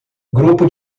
grupo